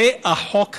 זה החוק הזה,